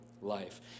life